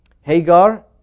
Hagar